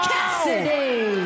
Cassidy